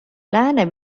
lääne